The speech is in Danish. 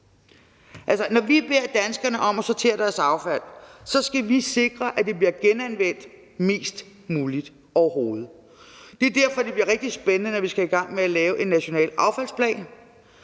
Når vi beder danskerne om at sortere deres affald, skal vi sikre, at det bliver genanvendt mest muligt overhovedet. Det er derfor, det bliver rigtig spændende, når vi skal i gang med at lave en national affaldsplan,